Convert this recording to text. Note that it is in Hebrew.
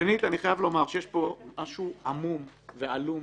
שנית, אני חייב לומר שיש פה משהו עמום ועלום